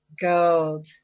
gold